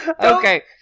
Okay